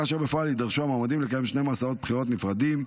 כאשר בפועל יידרשו המועמדים לקיים שני מסעות בחירות נפרדים,